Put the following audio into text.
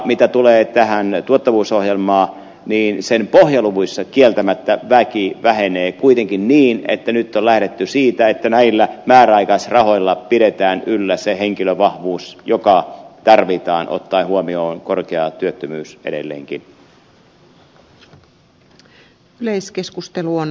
mitä tulee tähän tuottavuusohjelmaan niin sen pohjaluvuissa kieltämättä väki vähenee kuitenkin niin että nyt on lähdetty siitä että näillä määräaikaisrahoilla pidetään yllä se henkilövahvuus joka tarvitaan ottaen huomioon korkea työttömyys edelleenkin